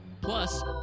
plus